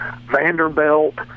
Vanderbilt